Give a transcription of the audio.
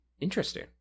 Interesting